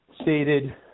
stated